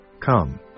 Come